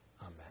Amen